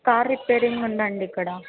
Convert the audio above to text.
car repairing ఉందండి ఇక్కడ